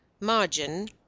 margin